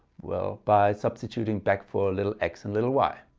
well by substituting back for a little x and little y.